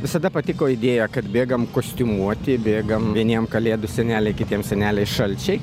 visada patiko idėja kad bėgam kostiumuoti bėgam vieniem kalėdų seneliai kitiem seneliai šalčiai